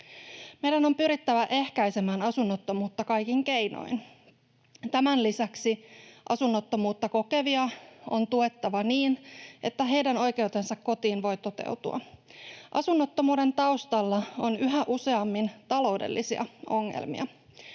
Meidän on pyrittävä ehkäisemään asunnottomuutta kaikin keinoin. Tämän lisäksi asunnottomuutta kokevia on tuettava niin, että heidän oikeutensa kotiin voi toteutua. Asunnottomuuden taustalla on yhä useammin taloudellisia ongelmia.